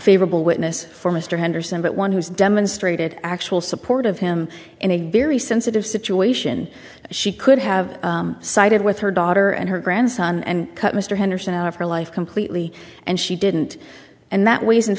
favorable witness for mr henderson but one who's demonstrated actual support of him in a very sensitive situation she could have sided with her daughter and her grandson and cut mr henderson out of her life completely and she didn't and that w